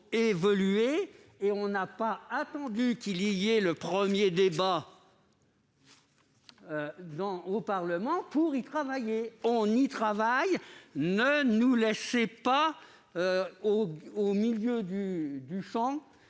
n'avons pas attendu qu'il y ait le premier débat au Parlement pour y travailler. Nous y travaillons, ne nous laissez pas au milieu du champ.